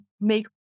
make